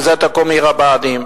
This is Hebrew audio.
ומזה תקום עיר הבה"דים.